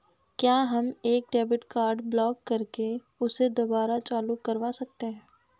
क्या हम एक डेबिट कार्ड ब्लॉक करके उसे दुबारा चालू करवा सकते हैं?